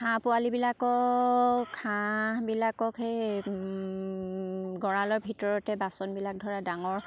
হাঁহ পোৱালিবিলাকক হাঁহবিলাকক সেই গঁড়ালৰ ভিতৰতে বাচনবিলাক ধৰা ডাঙৰ